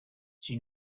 she